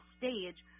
stage